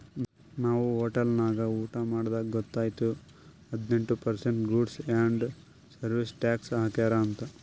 ನಾವ್ ಹೋಟೆಲ್ ನಾಗ್ ಊಟಾ ಮಾಡ್ದಾಗ್ ಗೊತೈಯ್ತು ಹದಿನೆಂಟ್ percent goods and service tax ಹಾಕ್ಯಾರ್ ಅಂತ್